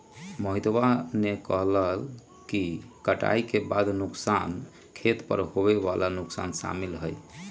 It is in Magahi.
मोहितवा ने कहल कई कि कटाई के बाद के नुकसान में खेत पर होवे वाला नुकसान शामिल हई